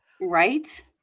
Right